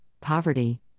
poverty